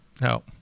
No